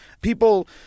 people